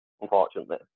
unfortunately